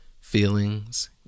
feelings